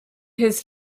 his